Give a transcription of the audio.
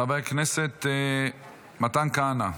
חבר הכנסת מתן כהנא.